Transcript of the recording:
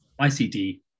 ICD